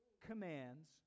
commands